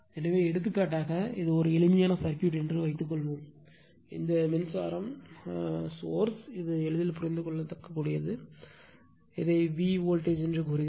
எனவே எடுத்துக்காட்டாக இது எளிமையான சர்க்யூட் என்று வைத்துக்கொள்வோம் இந்த மின்சாரம் சோர்ஸ் இது எளிதில் புரிந்துகொள்ள இதை v வோல்டேஜ் என்றும் கூறுகிறோம்